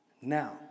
now